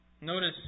Notice